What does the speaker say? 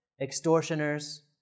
extortioners